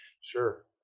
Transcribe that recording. Sure